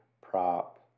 prop